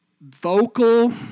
vocal